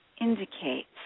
indicates